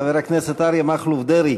חבר הכנסת אריה מכלוף דרעי,